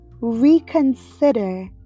reconsider